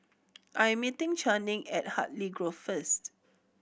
I am meeting Channing at Hartley Grove first